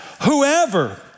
whoever